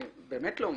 אני באמת לא מבינה.